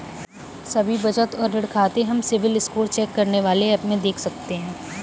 सभी बचत और ऋण खाते हम सिबिल स्कोर चेक करने वाले एप में देख सकते है